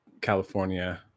California